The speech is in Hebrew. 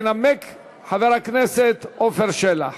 ינמק חבר הכנסת עפר שלח.